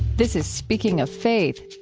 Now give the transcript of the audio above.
this is speaking of faith.